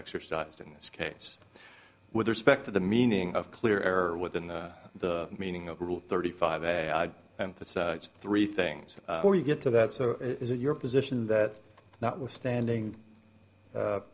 exercised in this case with respect to the meaning of clear error within the the meaning of rule thirty five a i and three things where you get to that so is it your position that notwithstanding